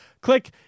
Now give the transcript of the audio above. Click